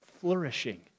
Flourishing